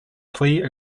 plea